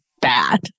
bad